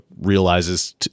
realizes